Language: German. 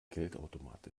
geldautomat